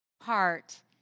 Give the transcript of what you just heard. Heart